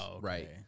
right